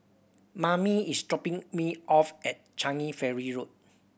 Mammie is dropping me off at Changi Ferry Road